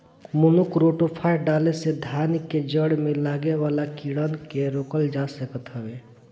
monocrotophos डाले से धान कअ जड़ में लागे वाला कीड़ान के रोकल जा सकत हवे